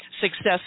success